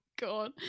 God